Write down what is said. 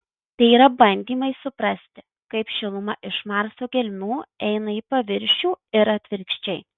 tai yra bandymai suprasti kaip šiluma iš marso gelmių eina į paviršių ir atvirkščiai